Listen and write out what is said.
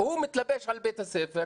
הוא מתלבש על בית הספר,